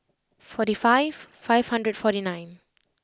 forty five five hundred forty nine